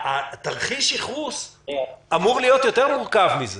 התרחיש ייחוס אמור להיות יותר מורכב מזה.